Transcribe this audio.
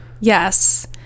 Yes